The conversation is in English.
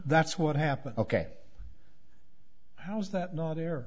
that's what happened ok how's that not there